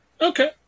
Okay